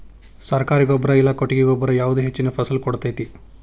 ಸರ್ಕಾರಿ ಗೊಬ್ಬರ ಇಲ್ಲಾ ಕೊಟ್ಟಿಗೆ ಗೊಬ್ಬರ ಯಾವುದು ಹೆಚ್ಚಿನ ಫಸಲ್ ಕೊಡತೈತಿ?